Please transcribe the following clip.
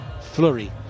flurry